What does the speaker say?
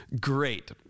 great